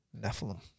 Nephilim